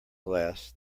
glass